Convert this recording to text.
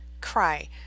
cry